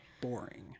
boring